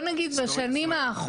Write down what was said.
אבל זה מה שאני אומר.